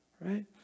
right